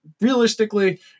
realistically